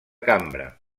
cambra